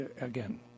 again